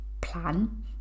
plan